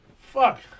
Fuck